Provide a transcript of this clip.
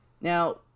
now